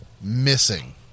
missing